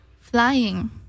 flying